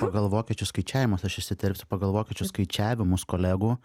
pagal vokiečių skaičiavimus aš įsiterpsiu pagal vokiečių skaičiavimus kolegų